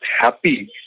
happy